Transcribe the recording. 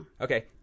Okay